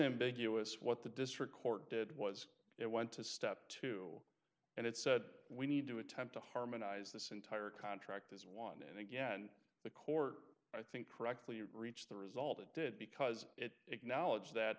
in big us what the district court did was it went to step two and it said we need to attempt to harmonize this entire contract is one and again the court i think correctly reached the result it did because it acknowledged that